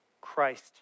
Christ